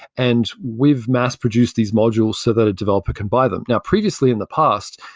and we've mass-produced these modules so that a developer can buy them. now previously in the past,